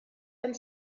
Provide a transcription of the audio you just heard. and